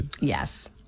Yes